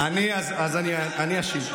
אז אני אשיב,